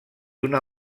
una